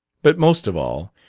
but, most of all,